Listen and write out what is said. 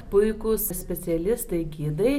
puikūs specialistai gidai